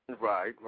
right